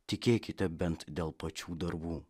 tikėkite bent dėl pačių darbų